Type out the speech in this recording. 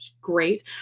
Great